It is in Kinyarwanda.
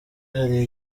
hari